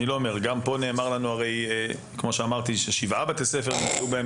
גם פה נאמר לנו על שבעה בתי ספר שמצאו בהם